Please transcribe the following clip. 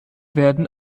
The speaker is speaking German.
werden